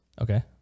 okay